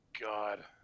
God